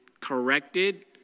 corrected